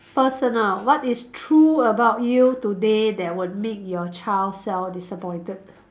personal what is true about you today that would make your child self disappointed